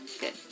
good